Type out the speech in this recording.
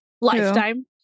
Lifetime